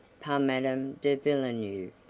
par madame de villeneuve.